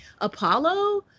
Apollo